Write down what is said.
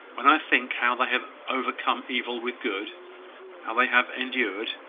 when i think how they have overcome evil with good how they have endured,